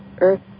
Earth